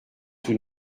tout